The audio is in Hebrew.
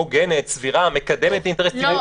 הוגנת, סבירה, מקדמת אינטרס ציבורי.